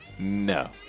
No